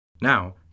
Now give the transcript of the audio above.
Now